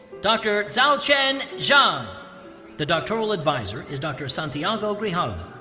dr. xiaochen zhang. the doctoral advisor is dr. santiago grijalva.